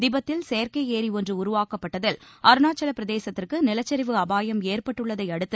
திபெத்தில் செயற்கை ஏரி ஒன்று உருவாக்கப்பட்டதில் அருணாச்சல பிரதேசத்திற்கு நிலச்சரிவு அபாயம் ஏற்பட்டுள்ளதை அடுத்து